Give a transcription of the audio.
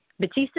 Batista